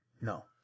No